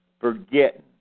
forgetting